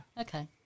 okay